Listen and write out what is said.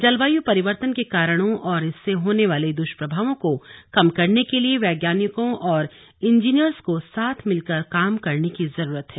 जलवायु परिवर्तन के कारणों और इससे होने वाले दुष्प्रभावों को कम करने के लिए वैज्ञानिकों और इंजीनियर्स को साथ मिलकर काम करने की जरूरत है